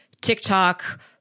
TikTok